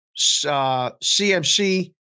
CMC